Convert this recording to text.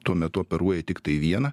tuo metu operuoji tiktai vieną